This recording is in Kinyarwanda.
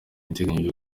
iteganyijwe